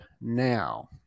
now